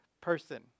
person